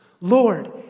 Lord